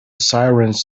sirens